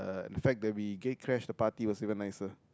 and the fact that we gate crashed the party was even nicer